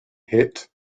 hit